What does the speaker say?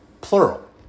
plural